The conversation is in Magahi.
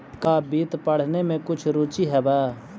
का वित्त पढ़ने में कुछ रुचि हवअ